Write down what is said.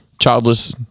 childless